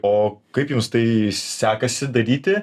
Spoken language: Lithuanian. o kaip jums tai sekasi daryti